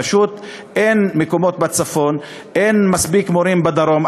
פשוט אין מקומות בצפון ואין מספיק מורים בדרום,